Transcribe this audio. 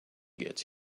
gets